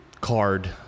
card